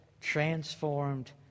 transformed